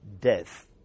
death